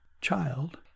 child